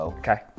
okay